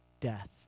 death